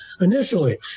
initially